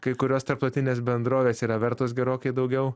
kai kurios tarptautinės bendrovės yra vertos gerokai daugiau